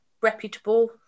reputable